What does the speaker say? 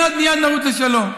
ומייד מייד נרוץ לשלום.